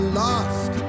lost